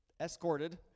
escorted